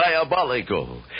diabolical